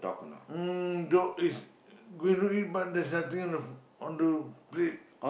um dog is going to eat but there's nothing on the on the plate